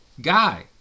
guy